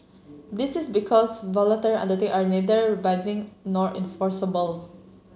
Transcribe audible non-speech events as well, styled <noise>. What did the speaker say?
this is because <unintelligible> undertake are neither binding nor enforceable